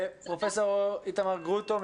פרופ' איתמר גרוטו,